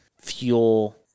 fuel